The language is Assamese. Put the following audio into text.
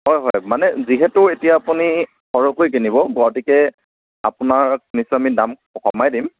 হয় হয় মানে যিহেতু এতিয়া আপুনি সৰহকৈ কিনিব গতিকে আপোনাক নিশ্চয় আমি দাম কমাই দিম